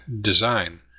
design